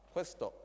Questo